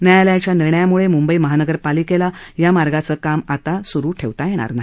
न्यायालयाच्या निर्णयामुळे मुंबई महानगरपालिकेला या मार्गाचं काम आता चालू ठेवता येणार नाही